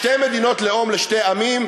שתי מדינות לאום לשני עמים,